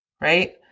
right